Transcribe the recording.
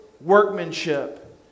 workmanship